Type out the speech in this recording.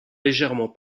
légèrement